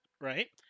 right